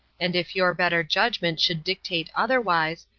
and if your better judgment should dictate otherwise,